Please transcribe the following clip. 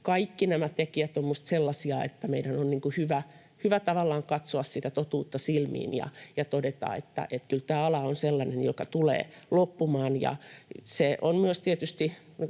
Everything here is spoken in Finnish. Kaikki nämä tekijät ovat minusta sellaisia, että meidän on hyvä tavallaan katsoa sitä totuutta silmiin ja todeta, että kyllä tämä ala on sellainen, joka tulee loppumaan.